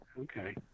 Okay